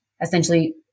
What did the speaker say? essentially